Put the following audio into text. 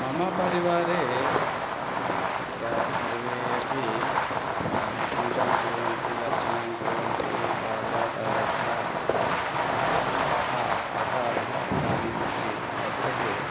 मम परिवारे तत्र सर्वे अपि पूजां कुर्वन्ति अर्चनां कुर्वन्ति बाल्यात् आरभ्य सः आचारः इदानीमपि वर्तते